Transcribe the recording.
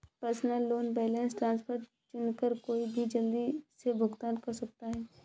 personal loan balance transfer चुनकर कोई भी जल्दी से भुगतान कर सकता है